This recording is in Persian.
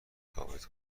ثابت